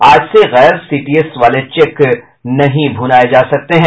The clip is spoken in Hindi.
आज से गैर सीटीएस वाले चेक नहीं भुनाये जा सकते हैं